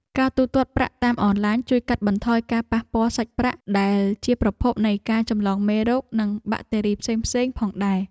ការទូទាត់ប្រាក់តាមអនឡាញជួយកាត់បន្ថយការប៉ះពាល់សាច់ប្រាក់ដែលជាប្រភពនៃការចម្លងមេរោគនិងបាក់តេរីផ្សេងៗផងដែរ។